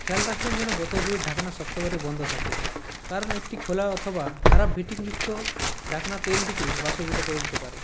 খেয়াল রাখবেন যেন বোতলগুলির ঢাকনা শক্ত করে বন্ধ থাকে কারণ একটি খোলা অথবা খারাপ ফিটিংযুক্ত ঢাকনা তেলটিকে বাষ্পীভূত করে দিতে পারে